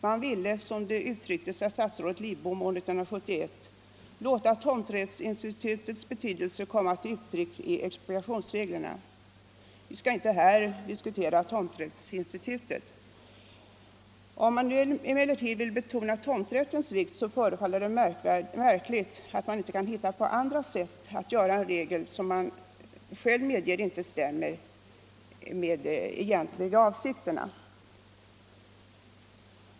Man ville, som det uttryckets av statsrådet Lidbom år 1971, låta tomträttsinstitutets betydelse komma till uttryck i expropriationsreglerna. Vi skall inte här diskutera tomträttsinstitutet. Om man nu emellertid vill betona tomträttens vikt, så förefaller det märkligt att man inte han hitta på andra sätt än att göra en regel som man själv medger inte stämmer med de egentliga avsikterna.